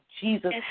Jesus